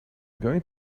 going